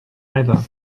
either